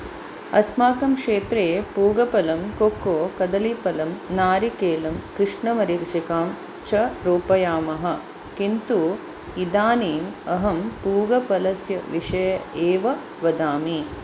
अस्माकं क्षेत्रे पूगफलं कोक्को कदलीफलं नारिकेलं कृष्णमरीचिकां च आरोपयामः किन्तु इदानीम् अहं पूगफलस्य विषये एव वदामि